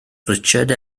richard